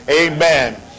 Amen